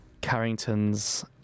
Carrington's